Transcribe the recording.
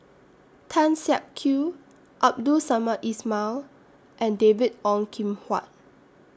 Tan Siak Kew Abdul Samad Ismail and David Ong Kim Huat